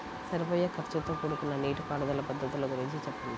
సరిపోయే ఖర్చుతో కూడుకున్న నీటిపారుదల పద్ధతుల గురించి చెప్పండి?